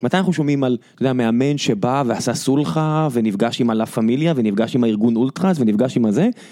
מתי אנחנו שומעים על זה המאמן שבא ועשה סולחה ונפגש עם הלא פמיליה ונפגש עם הארגון אולטרס ונפגש עם הזה?